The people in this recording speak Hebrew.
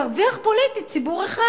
תרוויח פוליטית ציבור אחד.